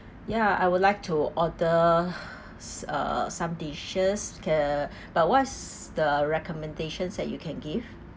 ya I would like to order uh some dishes uh but what's the recommendations that you can give